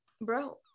bro